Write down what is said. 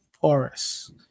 porous